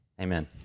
Amen